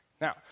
Now